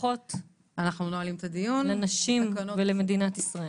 ברכות לנשים ולמדינת ישראל.